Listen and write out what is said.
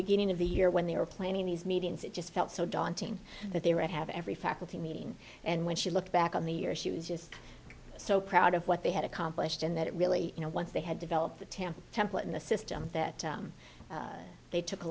beginning of the year when they were planning these meetings it just felt so daunting that they were at have every faculty meeting and when she looked back on the year she was just so proud of what they had accomplished and that really you know once they had developed the tampa template in the system that they took a